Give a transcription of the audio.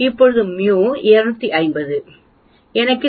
இப்போது mu 250 எனக்கு 0